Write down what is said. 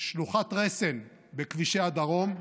שלוחת רסן בכבישי הדרום,